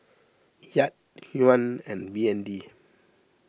Kyat Yuan and B N D